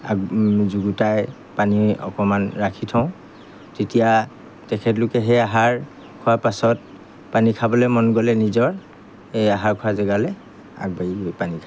যুগুতাই পানী অকণমান ৰাখি থওঁ তেতিয়া তেখেতলোকে সেই আহাৰ খোৱাৰ পাছত পানী খাবলৈ মন গ'লে নিজৰ এই আহাৰ খোৱাৰ জেগালৈ আগবাঢ়ি গৈ পানী খায়